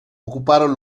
ocuparon